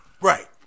Right